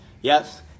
yes